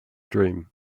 dream